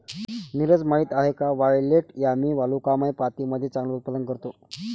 नीरज माहित आहे का वायलेट यामी वालुकामय मातीमध्ये चांगले उत्पादन करतो?